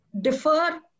defer